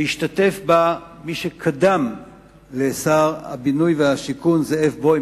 והשתתף בו מי שקדם לשר הבינוי והשיכון זאב בוים,